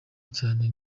cyane